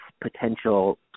potential